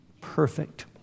Perfect